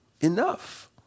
enough